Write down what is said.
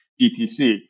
BTC